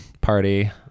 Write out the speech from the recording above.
party